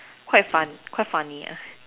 quite fun quite funny ah